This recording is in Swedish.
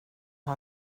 har